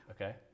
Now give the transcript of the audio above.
Okay